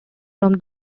from